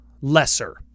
lesser